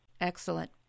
Excellent